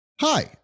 Hi